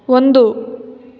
ಒಂದು